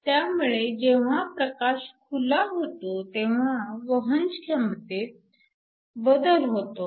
त्यामुळे जेव्हा प्रकाश खुला होतो तेव्हा वहनक्षमतेत बदल होतो